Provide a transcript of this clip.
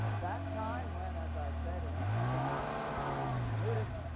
that time when, as i said in my thumbnail history of hermeneutics,